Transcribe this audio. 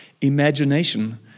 imagination